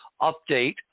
update